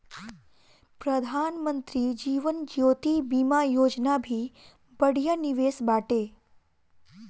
प्रधानमंत्री जीवन ज्योति बीमा योजना भी बढ़िया निवेश बाटे